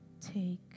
Take